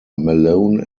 malone